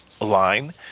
line